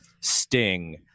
Sting